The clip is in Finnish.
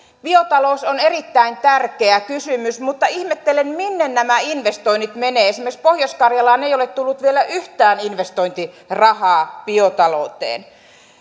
biotalous on erittäin tärkeä kysymys mutta ihmettelen minne nämä investoinnit menevät esimerkiksi pohjois karjalaan ei ole tullut vielä yhtään investointirahaa biotalouteen